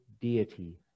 deity